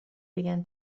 began